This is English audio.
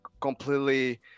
completely